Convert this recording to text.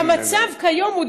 המצב כיום הוא,